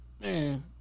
man